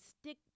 stick